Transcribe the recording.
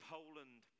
Poland